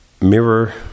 Mirror